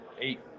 eight